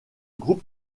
groupe